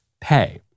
pay